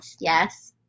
Yes